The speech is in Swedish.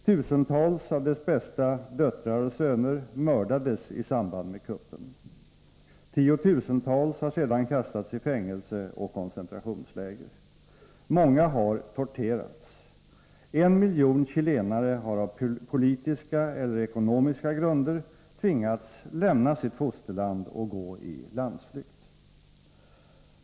Tusentals av dess bästa döttrar och söner mördades i samband med kuppen. Tiotusentals har sedan kastats i fängelse och koncentrationsläger. Många har torterats. En miljon chilenare har på politiska eller ekonomiska grunder tvingats lämna sitt fosterland och gå i landsflykt.